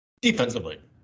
Defensively